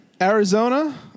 Arizona